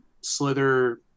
Slither